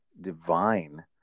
divine